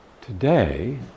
Today